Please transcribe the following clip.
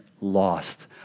lost